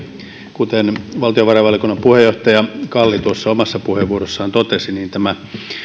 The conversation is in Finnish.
kuten valtiovarainvaliokunnan puheenjohtaja kalli tuossa omassa puheenvuorossaan totesi tämä